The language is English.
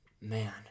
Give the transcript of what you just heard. man